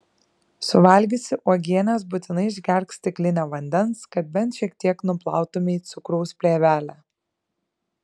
suvalgiusi uogienės būtinai išgerk stiklinę vandens kad bent šiek tiek nuplautumei cukraus plėvelę